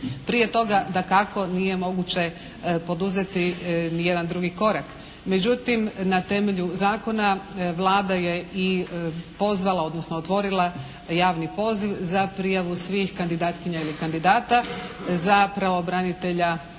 Prije toga dakako nije moguće poduzeti ni jedan drugi korak. Međutim na temelju zakona Vlada je pozvala, odnosno otvorila javni poziv za prijavu svih kandidatkinja ili kandidata za pravobranitelja,